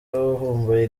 wavumbuye